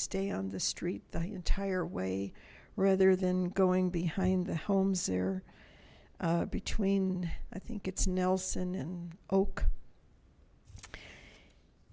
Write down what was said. stay on the street the entire way rather than going behind the homes there between i think it's nelson and oak